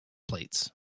plates